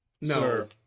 no